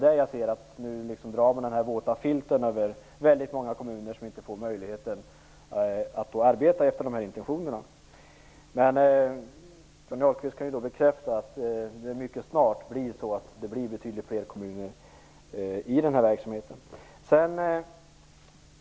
Men nu drar man en våt filt över väldigt många kommuner som inte får möjlighet att arbeta enligt dessa intentioner. Men Johnny Ahlqvist kan alltså bekräfta att det mycket snart blir betydligt fler kommuner i verksamheten.